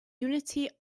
unity